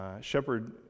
Shepherd